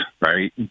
right